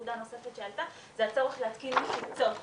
נקודה נוספת שעלתה זה הצורך להתקין מחיצות.